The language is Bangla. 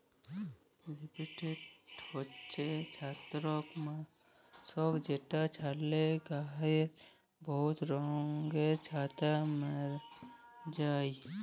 ফাঙ্গিসাইড হছে ছত্রাক লাসক যেট ছড়ালে গাহাছে বহুত ব্যাঙের ছাতা ম্যরে যায়